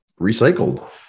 recycled